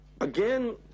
Again